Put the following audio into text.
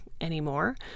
anymore